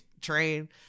train